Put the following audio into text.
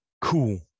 Cool